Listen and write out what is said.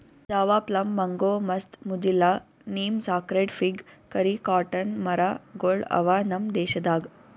Java plum, mango, ಮಸ್ತ್, ಮುದಿಲ್ಲ, neem, sacred fig, ಕರಿ, ಕಾಟನ್ ಮರ ಗೊಳ್ ಅವಾ ನಮ್ ದೇಶದಾಗ್